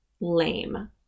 lame